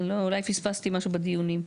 אולי פספסתי משהו בדיונים.